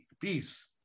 peace